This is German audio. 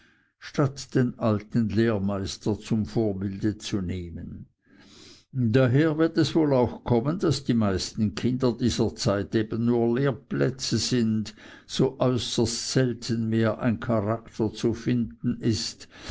statt den alten lehrmeister zum vorbilde zu nehmen daher wird es denn auch wohl kommen daß die meisten kinder dieser zeit eben nur lehrplätze sind so äußerst selten mehr ein charakter zu finden ist